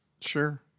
Sure